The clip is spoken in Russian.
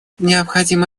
необходимо